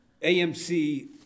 AMC